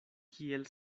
kiel